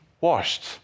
washed